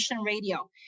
Radio